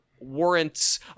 warrants